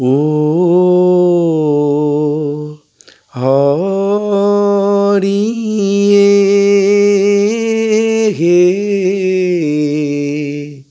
অ' হৰি এ হে